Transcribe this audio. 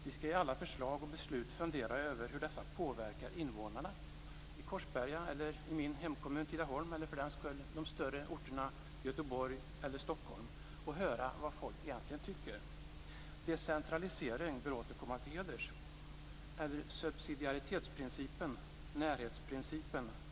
Vi skall i alla förslag och beslut fundera över hur dessa påverkar invånarna i Korsberga, i min hemkommun Tidaholm eller för den skull de större orterna Göteborg eller Stockholm och höra vad folk egentligen tycker. Decentralisering bör åter komma till heders - i dag kanske vi oftare talare om subsidiaritetsprincipen, närhetsprincipen.